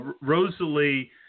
Rosalie